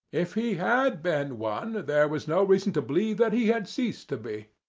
if he had been one there was no reason to believe that he had ceased to be.